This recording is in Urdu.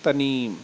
تنیم